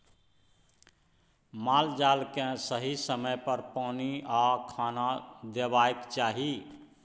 माल जाल केँ सही समय पर पानि आ खाना देबाक चाही